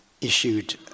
issued